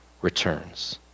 returns